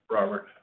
Robert